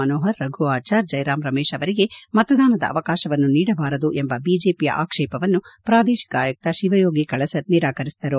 ಮನೋಪರ್ ರಘು ಆಚಾರ್ ಜಯರಾಮ್ ರಮೇಶ್ ಅವರಿಗೆ ಮತದಾನದ ಅವಕಾಶವನ್ನು ನೀಡಬಾರದು ಎಂಬ ಬಿಜೆಪಿಯ ಆಕ್ಷೇಪವನ್ನು ಪ್ರಾದೇಶಿಕ ಆಯುಕ್ತ ಶಿವಯೋಗಿ ಕಳಸದ್ ನಿರಾಕರಿಸಿದರು